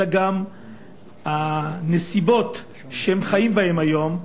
אלא גם הנסיבות שהם חיים בהן היום,